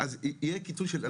אז יהיה של קיטון.